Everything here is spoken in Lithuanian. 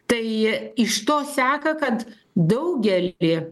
tai iš to seka kad daugelį